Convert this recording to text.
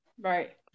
Right